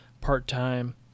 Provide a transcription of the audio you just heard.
part-time